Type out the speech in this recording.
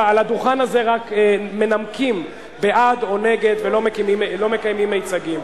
על הדוכן הזה רק מנמקים בעד או נגד ולא מקיימים מיצגים.